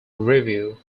review